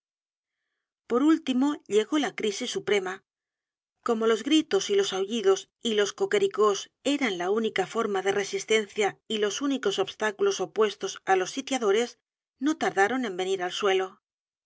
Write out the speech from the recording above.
r último llegó la crisis suprema como los gritos y los aullidos y los coquericós eran la única forma de resistencia y los únicos obstáculos opuestos á los sitiadores no tardaron en venir al suelo